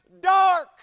dark